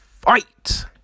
fight